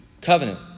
covenant